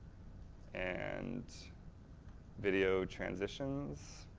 and video transitions,